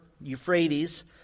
Euphrates